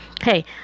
Hey